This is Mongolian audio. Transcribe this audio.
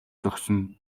зогсоно